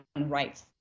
rights